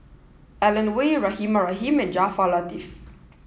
Alan Oei Rahimah Rahim and Jaafar Latiff